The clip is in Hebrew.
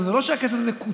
זה לא שהכסף הזה קוצץ.